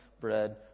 bread